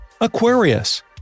Aquarius